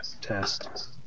test